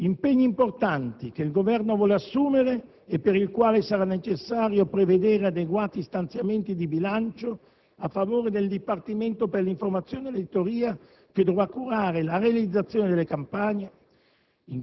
Impegni importanti che il Governo vuole assumere e per il quale sarà necessario prevedere adeguati stanziamenti di bilancio a favore del Dipartimento per l'informazione e l'editoria che dovrà curare la realizzazione delle campagne.